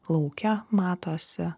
lauke matosi